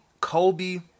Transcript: Kobe